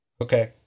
Okay